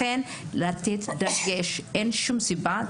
לכן לתת דגש, אין שום סיבה.